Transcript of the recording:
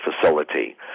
facility